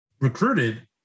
recruited